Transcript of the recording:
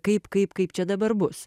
kaip kaip kaip čia dabar bus